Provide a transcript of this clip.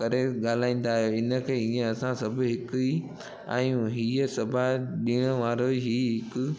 करे ॻाल्हाईंदा आयो हिनखे इयं असां सभु हिक ई आहियूं हीअं सभु आहे ॾियण वारो ई हिक